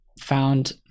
found